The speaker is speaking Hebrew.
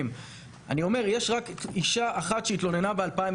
יש רק אישה אחת שהתלוננה ב-2021.